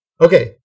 Okay